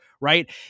right